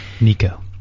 Nico